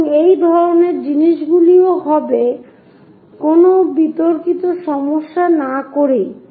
এবং এই ধরণের জিনিসগুলি হবে কোনও বিতর্কিত সমস্যা না করেই